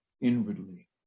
inwardly